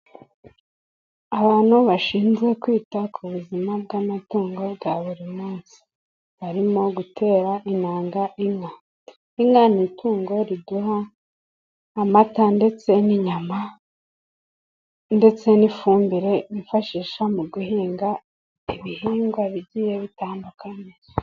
Abantu bashinzwe kwita ku buzima bw'amatungo bwa buri munsi. Barimo gutera intanga inka. Inka ni itungo riduha amata ndetse n'inyama ndetse n'ifumbire bifashisha mu guhinga ibihingwa bigiye bitandukanye.